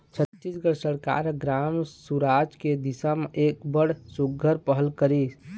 छत्तीसगढ़ सरकार ह ग्राम सुराज के दिसा म एक बड़ सुग्घर पहल करिस